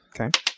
Okay